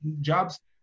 jobs